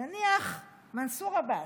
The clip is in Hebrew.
נניח מנסור עבאס,